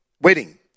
wedding